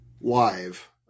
live